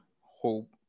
Hope